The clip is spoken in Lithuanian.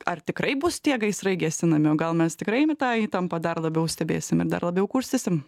ar tikrai bus tie gaisrai gesinami o gal mes tikrai tą įtampą dar labiau stebėsim ir dar labiau kurstysim